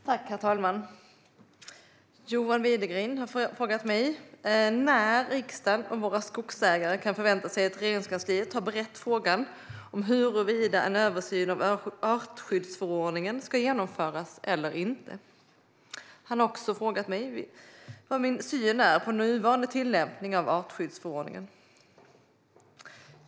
Herr talman! John Widegren har frågat mig när riksdagen och våra skogsägare kan förvänta sig att Regeringskansliet har berett frågan om huruvida en översyn av artskyddsförordningen ska genomföras eller inte. Han har också frågat mig vad min syn är på nuvarande tillämpning av artskyddsförordningen.